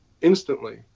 instantly